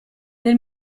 nel